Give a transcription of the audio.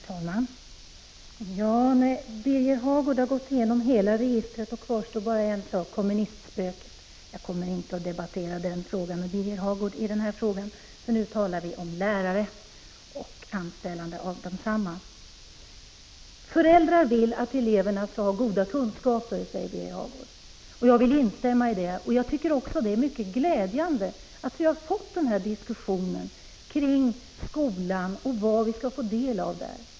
Herr talman! När Birger Hagård har gått igenom hela sitt register, då kvarstår bara en sak: kommunistspöket. Jag kommer inte att debattera den saken med Birger Hagård. Nu talar vi om lärare och anställande av desamma. Föräldrar vill att eleverna skall ha goda kunskaper, säger Birger Hagård. Jag vill instämma i det. Jag tycker också att det är mycket glädjande att vi har fått den här diskussionen kring skolan och vad eleverna skall få del av där.